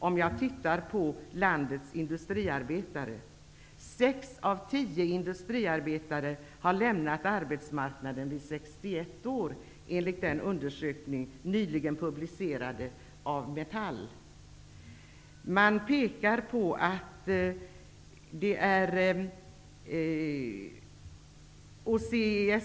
Om vi ser på landets industriarbetare finner vi att sex av tio industriarbetare har lämnat arbetet vid 61 år enligt en undersökning som Metall nyligen publicerat.